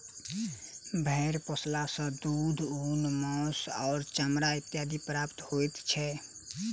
भेंड़ पोसला सॅ दूध, ऊन, मौंस आ चमड़ा इत्यादि प्राप्त होइत छै